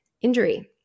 Injury